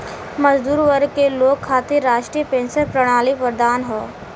मजदूर वर्ग के लोग खातिर राष्ट्रीय पेंशन प्रणाली वरदान हौ